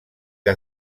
que